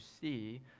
see